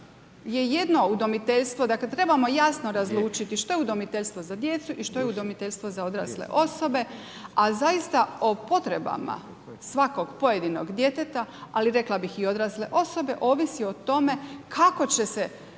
je jedno udomiteljstvo, dakle trebamo jasno razlučiti što je udomiteljstvo za djecu i što je udomiteljstvo za odrasle osobe. A zaista o potrebama svakog pojedinog djeteta, ali rekla bih i odrasle osobe ovisi o tome kako će se,